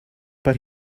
but